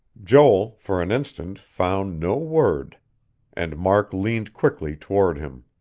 joel, for an instant, found no word and mark leaned quickly toward him.